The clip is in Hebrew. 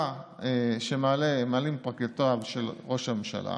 שמעלים פרקליטיו של ראש הממשלה